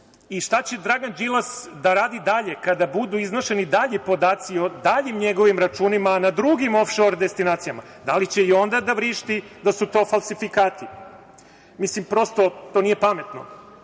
će Dragan Đilas da radi dalje kada budu iznošeni dalji podaci o daljim njegovim računa, a na drugim of šor destinacijama. Da li će i onda da vršiti da su to falsifikati. Mislim prosto to nije pametno.